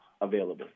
available